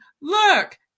look